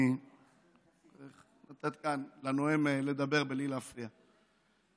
נא לתת כאן לנואם לדבר בלי להפריע,